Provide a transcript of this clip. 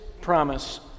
promise